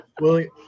William